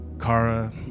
Kara